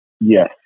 Yes